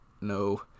no